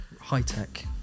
High-tech